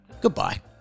Goodbye